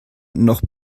noch